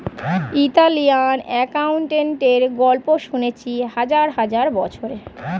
Italian অ্যাকাউন্টেন্টের গল্প শুনেছি হাজার হাজার বছরের